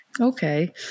okay